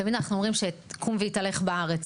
תמיד אנחנו אומרים "קום ותלך בארץ",